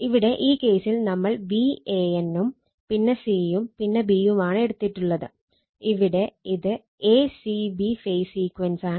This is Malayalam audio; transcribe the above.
ഇവിടെ ഈ കേസിൽ നമ്മൾ Van ഉം പിന്നെ c യും പിന്നെ b യുമാണ് എടുത്തിട്ടുള്ളത് ഇവിടെ ഇത് a c b ഫേസ് സീക്വൻസാണ്